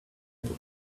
would